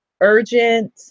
urgent